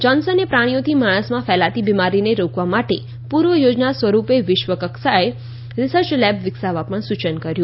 જોન્સને પ્રાણીઓથી માણસમાં ફેલાતી બિમારીને રોકવા માટે પૂર્વ યોજના સ્વરૂપે વિશ્વકક્ષાએ રીસર્ચ લેબ વિકસાવવા પણ સૂચન કર્યું